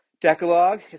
Decalogue